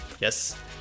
yes